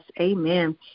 amen